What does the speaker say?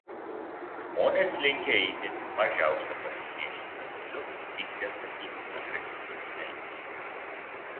žmonės linkę eiti mažiausio pasipriešinimo keliu ir į pyktį atsakyti agresyviu elgesiu